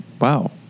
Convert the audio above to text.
Wow